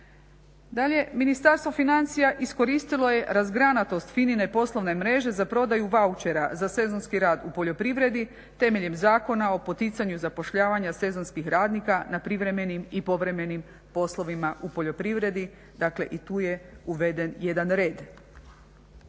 Dalje, Ministarstvo financija iskoristilo je razgranatost FINA-ine poslovne mreže za prodaju vauchera za sezonski rad u poljoprivredi temeljem Zakona o poticanju zapošljavanja sezonskih radnika na privremenim i povremenim poslovima u poljoprivredi, dakle i tu je uveden jedan red.